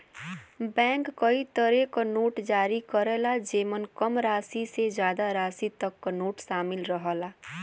bank कई तरे क नोट जारी करला जेमन कम राशि से जादा राशि तक क नोट शामिल रहला